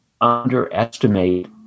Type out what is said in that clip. underestimate